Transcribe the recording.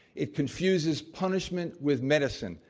it confuses punishment with medicine.